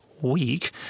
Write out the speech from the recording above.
week